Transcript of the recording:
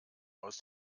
aus